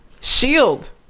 Shield